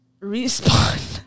Respawn